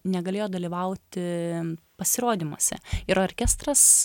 negalėjo dalyvauti pasirodymuose ir orkestras